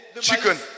Chicken